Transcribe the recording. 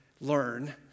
learn